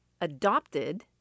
adopted